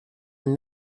and